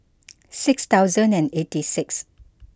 six thousand eighty six